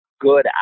good